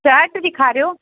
shirt ॾेखारियो